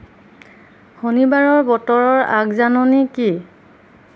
শনিবাৰৰ বতৰৰ আগজাননী কি